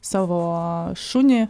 savo šunį